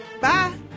Bye